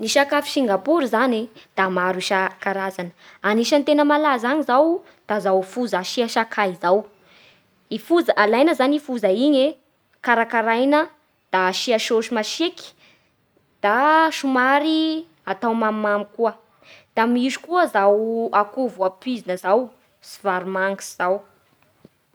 Ny sakafo singapour zany e da maro isankarazany. Anisan'ny tena malaza agny izao da izao foza asia sakay izao. I foza- alaina zany i foza igny e karakaraina da asia saosy masiaky da somary atao mamimamy koa. Da misy koa izao akoho voapizna zao sy vary mangitsy zao.